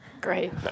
Great